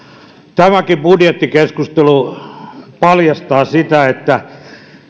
tämäkin budjettikeskustelu paljastaa sen että